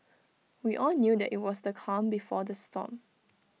we all knew that IT was the calm before the storm